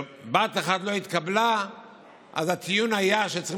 בת אחת לא התקבלה אז הטיעון היה שצריכים